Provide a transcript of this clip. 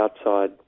outside